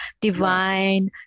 divine